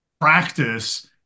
practice